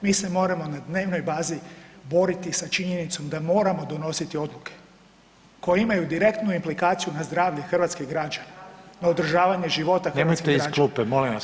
Mi se moramo na dnevnoj bazi boriti sa činjenicom da moramo donositi odluke koje imaju direktnu implikaciju na zdravlje hrvatskih građana, na održavanje života [[Upadica: Nemojte iz klupa, molim vas kolegice Benčić.]] hrvatskih građana.